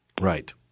Right